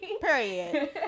Period